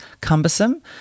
cumbersome